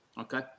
Okay